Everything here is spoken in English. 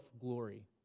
glory